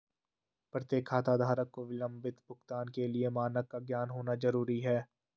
प्रत्येक खाताधारक को विलंबित भुगतान के लिए मानक का ज्ञान होना जरूरी है